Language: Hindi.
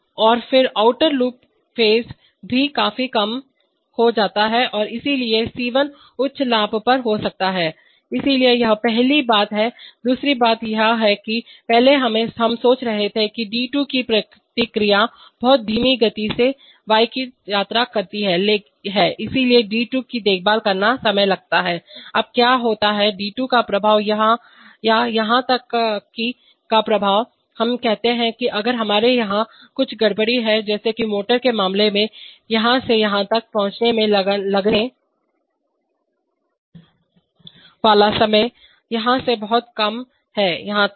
और फिर आउटर लूप फेज भी काफी कम हो जाता है और इसलिए C1 उच्च लाभ पर हो सकता है इसलिए यह पहली बात है दूसरी बात यह है कि पहले हम सोच रहे थे कि d2 की यह प्रतिक्रिया बहुत धीमी गति से y की यात्रा करती है इसलिए डी 2 की देखभाल करना समय लगता है अब क्या होता है d2 का प्रभाव या यहां तक कि का प्रभाव हम कहते हैं कि अगर हमारे यहां कुछ गड़बड़ी है जैसे कि मोटर के मामले में यहां से यहां तक पहुंचने में लगने वाला समय यहां से बहुत कम है यहाँ तक